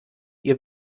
ihr